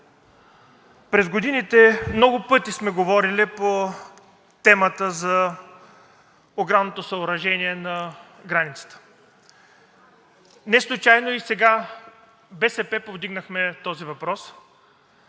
През годините много пъти сме говорили по темата за оградното съоръжение на границата. Неслучайно и сега от БСП повдигнахте този въпрос,